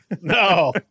No